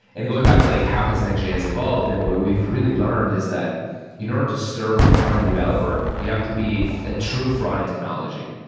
and going back to like how has nextjs evolved and what we've really learned is that in order to serve the frontend developer, you have to be a true frontend technology.